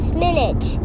Spinach